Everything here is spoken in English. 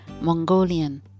Mongolian